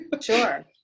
Sure